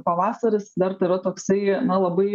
pavasaris dar tai yra toksai na labai